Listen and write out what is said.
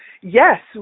Yes